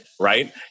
Right